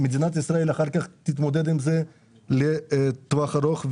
מדינת ישראל אחר כך תתמודד עם זה לטווח ארוך,